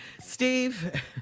Steve